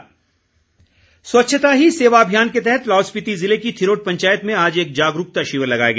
स्वच्छता ही सेवा स्वच्छता ही सेवा अभियान के तहत लाहौल स्पीति ज़िले की थिरोट पंचायत में आज एक जागरूकता शिविर लगाया गया